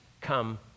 come